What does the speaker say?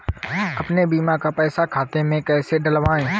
अपने बीमा का पैसा खाते में कैसे डलवाए?